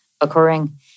occurring